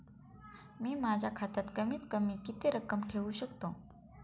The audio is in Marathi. मी माझ्या खात्यात कमीत कमी किती रक्कम ठेऊ शकतो?